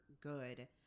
good